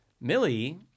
Millie